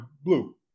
blue